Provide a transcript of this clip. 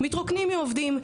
מתרוקנים מעובדים.